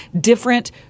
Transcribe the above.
different